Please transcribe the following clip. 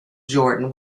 jordan